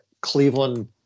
Cleveland